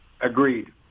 Agreed